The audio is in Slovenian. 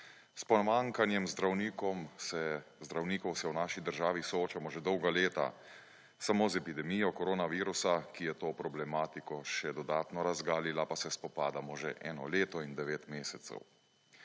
S pomanjkanjem zdravnikov se v naši državi soočamo že dolga leta. Samo z epidemijo koronavirusa, ki je to problematiko še dodatno razgalila, pa se spopadamo že eno leto in 9 mesecev.